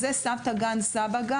"84"